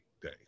day